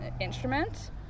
instrument